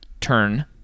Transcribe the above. Turn